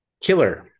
Killer